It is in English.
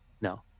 No